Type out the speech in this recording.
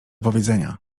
powiedzenia